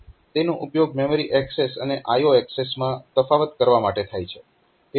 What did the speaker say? તેનો ઉપયોગ memory access અને IO એક્સેસમાં તફાવત કરવા માટે થાય છે